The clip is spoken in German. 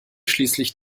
schließlich